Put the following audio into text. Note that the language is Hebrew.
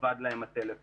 אבד להם הטלפון,